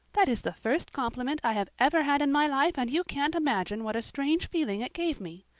that is the first compliment i have ever had in my life and you can't imagine what a strange feeling it gave me.